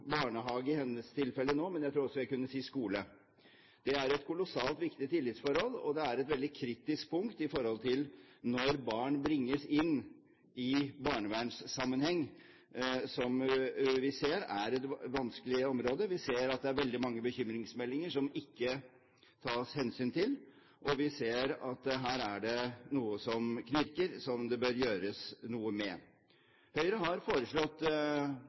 hennes tilfelle barnehage, men jeg tror også jeg kunne si skole. Det er et kolossalt viktig tillitsforhold, og det er et veldig kritisk punkt i forhold til når barn bringes inn i barnevernssammenheng – som vi ser er et vanskelig område. Vi ser at det er veldig mange bekymringsmeldinger som ikke tas hensyn til, og vi ser at her er det noe som knirker, som det bør gjøres noe med. Høyre har i de fem årene som vi nå har vært i opposisjon, foreslått